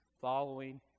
following